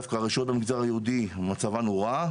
דווקא הרשויות במגזר היהודי מצבן הורע,